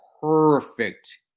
perfect –